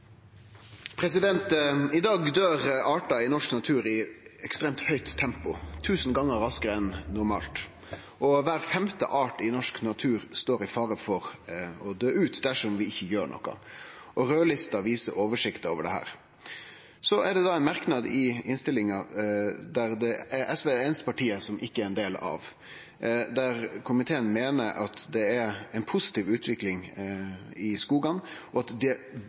I dag døyr artar i norsk natur i eit ekstremt høgt tempo – tusen gongar raskare enn normalt – og kvar femte art i norsk natur står i fare for å døy ut dersom vi ikkje gjer noko. Raudlista viser oversikta over dette. Så er det ein merknad i innstillinga som SV er det einaste partiet som ikkje er med på, der komiteen meiner at det er ei positiv utvikling i skogane, og at det